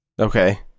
Okay